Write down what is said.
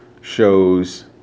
shows